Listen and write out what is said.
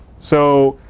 so